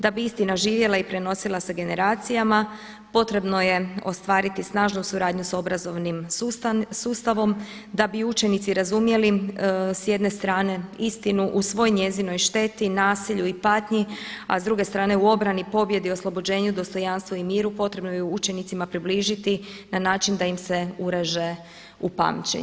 Da bi istina živjela i prenosila se generacijama potrebno je ostvariti snažnu suradnju s obrazovnim sustavom da bi učenici razumjeli s jedne strane istinu u svoj njezinoj šteti, nasilju i patnji a s druge strane u obrani, pobjedi, oslobođenju, dostojanstvu i miru potrebno je učenicima približiti na način da im se ureže u pamćenje.